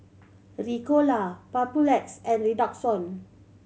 Ricola Papulex and Redoxon